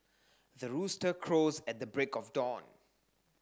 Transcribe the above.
the rooster crows at the break of dawn